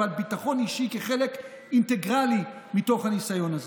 אבל ביטחון אישי כחלק אינטגרלי מתוך הניסיון הזה.